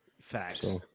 Facts